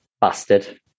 Bastard